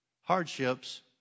hardships